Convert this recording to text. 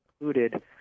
included